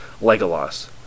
legolas